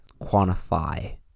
quantify